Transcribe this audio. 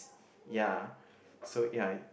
ya so ya